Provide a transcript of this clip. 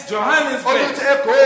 Johannesburg